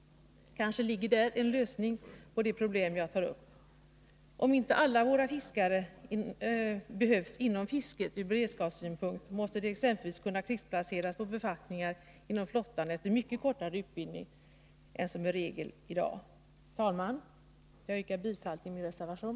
Kanske ligger där en lösning på de problem jag tar upp. Om inte alla våra fiskare behövs inom fisket ur beredskapssynpunkt måste 187 de exempelvis kunna krigsplaceras på befattningar inom flottan efter mycket kortare utbildning än som är regel i dag. Herr talman! Jag yrkar bifall till min reservation.